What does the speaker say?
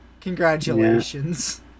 Congratulations